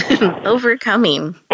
overcoming